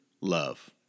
love